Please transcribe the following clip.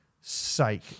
sake